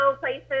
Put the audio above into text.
places